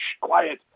Quiet